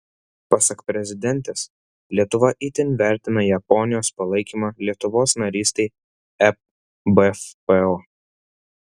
pasak prezidentės lietuva itin vertina japonijos palaikymą lietuvos narystei ebpo